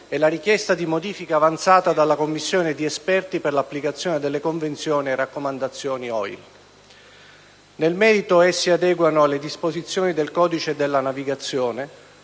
e la richiesta di modifica avanzata dalla Commissione di esperti per l'applicazione delle convenzioni e raccomandazioni OIL. Nel merito, essi adeguano le disposizioni del codice della navigazione,